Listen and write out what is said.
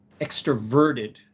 extroverted